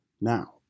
Now